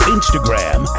Instagram